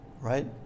Right